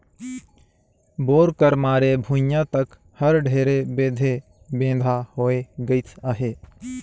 bore कर मारे भुईया तक हर ढेरे बेधे बेंधा होए गइस अहे